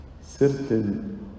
certain